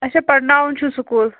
اَچھا پَرٕناوان چھِو سکوٗل